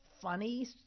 funny